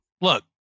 look